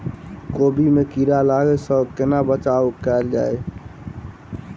कोबी मे कीड़ा लागै सअ कोना बचाऊ कैल जाएँ?